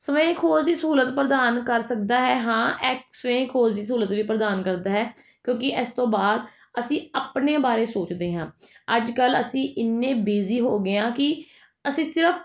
ਸਵੈ ਖੋਜ ਦੀ ਸਹੂਲਤ ਪ੍ਰਦਾਨ ਕਰ ਸਕਦਾ ਹੈ ਹਾਂ ਇਹ ਸਵੈ ਖੋਜ ਦੀ ਸਹੂਲਤ ਵੀ ਪ੍ਰਦਾਨ ਕਰਦਾ ਹੈ ਕਿਉਂਕਿ ਇਸ ਤੋਂ ਬਾਅਦ ਅਸੀਂ ਆਪਣੇ ਬਾਰੇ ਸੋਚਦੇ ਹਾਂ ਅੱਜ ਕੱਲ੍ਹ ਅਸੀਂ ਇੰਨੇ ਬਿਜ਼ੀ ਹੋ ਗਏ ਹਾਂ ਕਿ ਅਸੀਂ ਸਿਰਫ